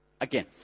Again